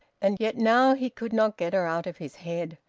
and yet now he could not get her out of his head.